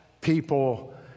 people